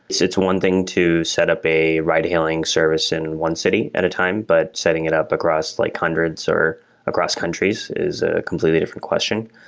it's it's one thing to set up a ride-hailing service in one city at a time, but setting it up across like hundreds or across countries is a completely different question.